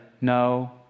no